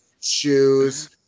shoes